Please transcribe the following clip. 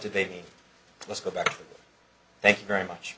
did they do let's go back thank you very much